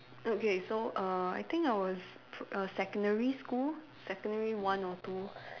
okay so err I think I was p~ err secondary school secondary one or two